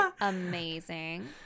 Amazing